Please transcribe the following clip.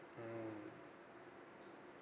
mmhmm